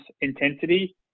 intensity